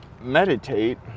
meditate